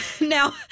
Now